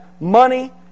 money